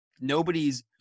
nobody's